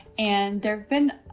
and there have been,